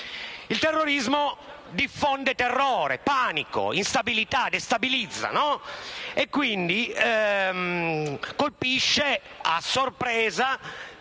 Il terrorismo diffonde terrore, panico, instabilità; il terrorismo destabilizza e quindi colpisce a sorpresa,